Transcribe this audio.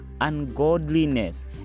ungodliness